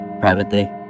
privately